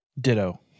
Ditto